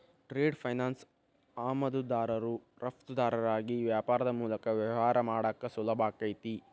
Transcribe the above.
trade finance ಆಮದುದಾರರು ರಫ್ತುದಾರರಿಗಿ ವ್ಯಾಪಾರದ್ ಮೂಲಕ ವ್ಯವಹಾರ ಮಾಡಾಕ ಸುಲಭಾಕೈತಿ